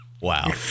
Wow